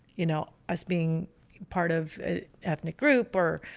you know, as being part of ethnic group or,